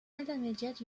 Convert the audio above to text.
intermédiaire